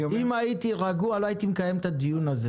אם הייתי רגוע לא הייתי מקיים את הדיון הזה.